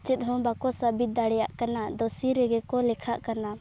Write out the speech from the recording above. ᱪᱮᱫ ᱦᱚᱸ ᱵᱟᱠᱚ ᱥᱟᱵᱤᱛ ᱫᱟᱲᱮᱭᱟᱜ ᱠᱟᱱᱟ ᱫᱩᱥᱤ ᱨᱮᱜᱮ ᱠᱚ ᱞᱮᱠᱷᱟᱜ ᱠᱟᱱᱟ